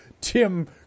Tim